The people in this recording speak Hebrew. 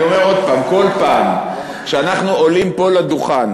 אני אומר עוד פעם: כל פעם שאנחנו עולים פה לדוכן